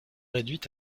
réduit